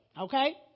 Okay